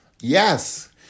Yes